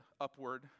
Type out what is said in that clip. upward